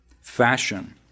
Fashion